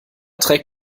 trägt